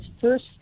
first